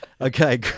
Okay